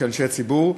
כאנשי ציבור,